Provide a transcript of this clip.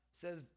says